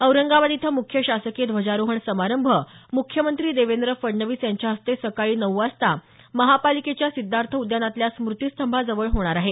औरंगाबाद इथं मुख्य शासकीय ध्वजारोहण समारंभ मुख्यमंत्री देवेंद्र फडणवीस यांच्या हस्ते सकाळी नऊ वाजता महापालिकेच्या सिद्धार्थ उद्यानातल्या स्मुती स्तंभाजवळ होणार आहे